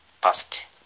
past